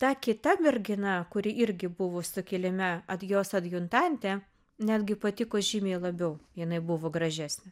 ta kita mergina kuri irgi buvo sukilime jos adjutantė netgi patiko žymiai labiau jinai buvo gražesnė